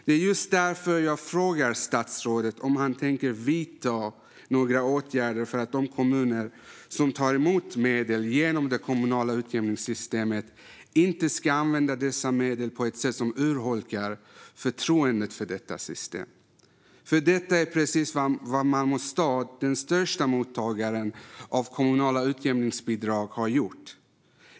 Det är just därför jag frågar statsrådet om han tänker vidta några åtgärder för att de kommuner som tar emot medel genom det kommunala utjämningssystemet inte ska använda dessa medel på ett sätt som urholkar förtroendet för detta system. Detta är nämligen precis vad Malmö stad, den största mottagaren av kommunala utjämningsbidrag, har gjort.